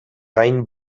gain